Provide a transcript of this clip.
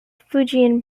fujian